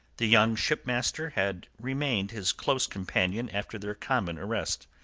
the young shipmaster had remained his close companion after their common arrest.